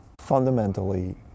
fundamentally